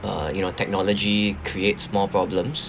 uh you know technology creates more problems